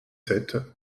sept